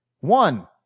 One